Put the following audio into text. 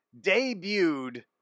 debuted